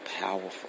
powerful